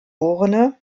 geb